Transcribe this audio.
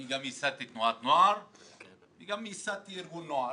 אני ייסדתי תנועת נוער וגם ארגון נוער.